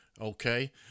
Okay